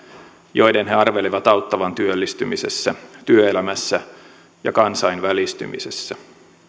joiden he arvelevat auttavan työllistymisessä työelämässä ja kansainvälistymisessä